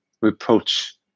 reproach